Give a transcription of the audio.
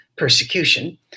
persecution